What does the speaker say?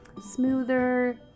smoother